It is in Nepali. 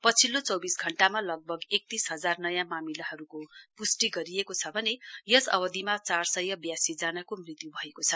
पछिल्लो चौबिस घण्टामा लगभग एकतीस हजार नयाँ मामिलाहरूको पृष्टि गरिएको छ भने यस अवधिमा चारसय बयासी जनाको मृत्यु भएको छ